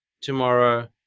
tomorrow